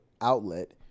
outlet